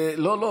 לא, לא.